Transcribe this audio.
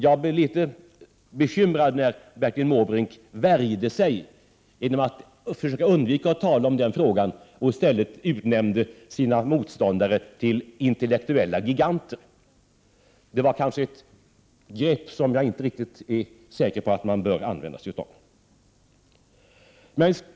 Jag blev litet bekymrad när Bertil Måbrink värjde sig genom att försöka undvika att tala om den frågan och i stället utnämnde sina motståndare till ”intellektuella giganter”. Det var ett grepp som jag inte är riktigt säker på att man bör använda sig av.